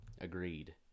Agreed